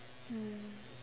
mm